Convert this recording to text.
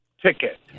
ticket